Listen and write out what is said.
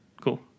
cool